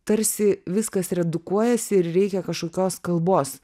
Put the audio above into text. tarsi viskas redukuojasi ir reikia kažkokios kalbos